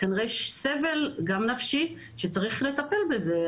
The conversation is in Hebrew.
כנראה יש סבל, גם נפשי, שצריך לטפל בזה.